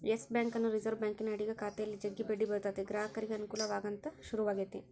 Yes ಬ್ಯಾಂಕನ್ನು Reserve ಬ್ಯಾಂಕಿನ ಅಡಿಗ ಖಾತೆಯಲ್ಲಿ ಜಗ್ಗಿ ಬಡ್ಡಿ ಬರುತತೆ ಗ್ರಾಹಕರಿಗೆ ಅನುಕೂಲವಾಗಲಂತ ಶುರುವಾತಿ